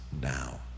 now